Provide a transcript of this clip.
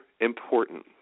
important